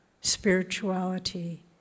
spirituality